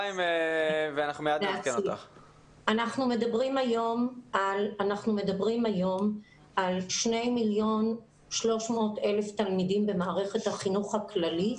אנחנו מדברים היום על 2 מיליון ו-300,000 תלמידים במערכת החינוך הכללית